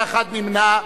נמנע אחד.